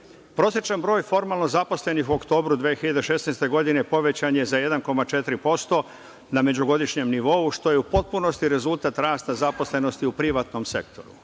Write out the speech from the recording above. Prosečan broj formalno zaposlenih u oktobru 2016. godine povećan je za 1,4% na međugodišnjem nivou, što je u potpunosti rezultat rasta zaposlenosti u privatnom sektoru.